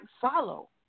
follow